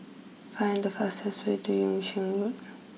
find the fastest way to Yung Sheng Road